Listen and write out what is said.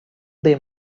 they